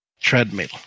treadmill